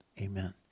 Amen